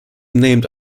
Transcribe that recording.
named